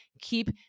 keep